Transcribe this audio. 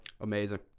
Amazing